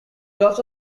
also